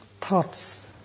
thoughts